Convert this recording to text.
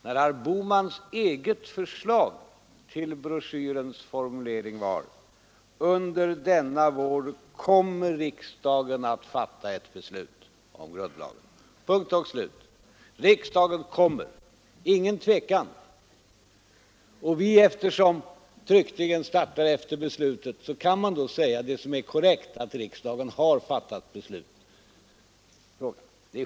Herr Bohmans eget förslag till formulering var: ”Under denna vår kommer riksdagen att fatta ett beslut om grundlagen.” Riksdagen kommer — ingen tvekan! Eftersom tryckningen startar efter beslutet kan man säga, vilket då är korrekt, att riksdagen har fattat beslut.